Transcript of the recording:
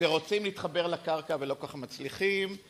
ורוצים להתחבר לקרקע ולא כל כך מצליחים.